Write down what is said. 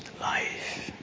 life